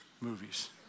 movies